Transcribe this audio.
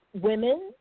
women